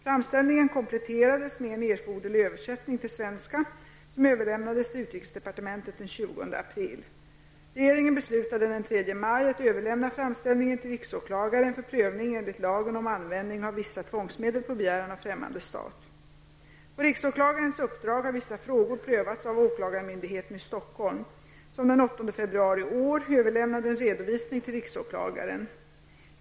Framställningen kompletterades med en erforderlig översättning till svenska som överlämnades till utrikesdepartementet den 20 På riksåklagarens uppdrag har vissa frågor prövats av åklagarmyndigheten i Stockholm, som den 8 februari i år överlämnade en redovisning till riksåklagaren.